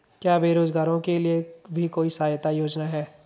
क्या बेरोजगारों के लिए भी कोई सहायता योजना है?